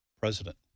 president